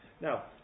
Now